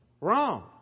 Wrong